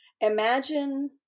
imagine